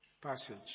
passage